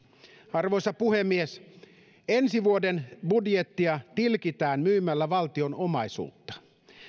arvoisa puhemies ensi vuoden budjettia tilkitään myymällä valtion omaisuutta